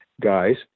guys